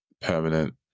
permanent